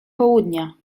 południa